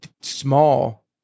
small